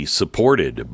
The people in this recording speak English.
supported